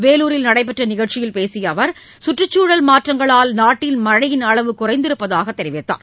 வேலூரில் நடைபெற்ற நிகழ்ச்சியில் பேசிய அவர் சுற்றுச்சூழல் மாற்றங்களால் நாட்டில் மழையின் அளவு குறைந்திருப்பதாகவும் அவர் தெரிவித்தார்